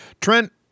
Trent